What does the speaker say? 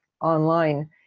online